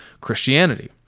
Christianity